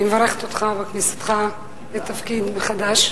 אני מברכת אותך בכניסתך לתפקיד מחדש.